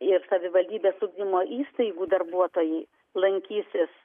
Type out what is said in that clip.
ir savivaldybės ugdymo įstaigų darbuotojai lankysis